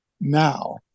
now